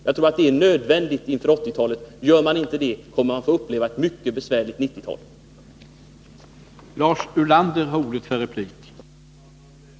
Jag tror det är nödvändigt med omprövning inför 1980-talet. Gör man inte en sådan kommer man att få uppleva ett mycket besvärligt 1980-tal!